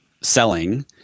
selling